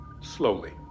Slowly